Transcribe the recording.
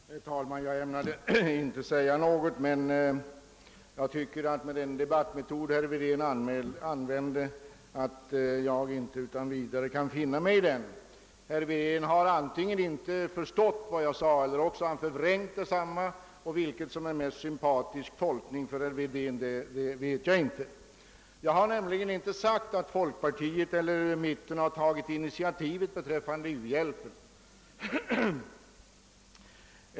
Herr talman! Jag ämnade inte begära ordet nu, men jag tycker att jag inte utan vidare behöver finna mig i den debattmetod som herr Wedén använder. Herr Wedén har antingen inte förstått vad jag sade eller också har han förvrängt det — vilken tolkning som är mest sympatisk för herr Wedéns vidkommande vet jag inte. Jag har inte sagt att folkpartiet eller mitten har tagit initiativet beträffande u-hjälpen.